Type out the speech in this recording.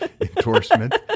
endorsement